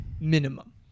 minimum